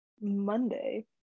Monday